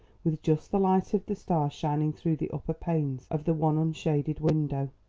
with just the light of the stars shining through the upper panes of the one unshaded window.